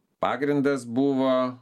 pagrindas buvo